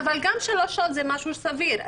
גם שלוש שעות זה משהו סביר.